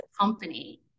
company